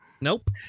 Nope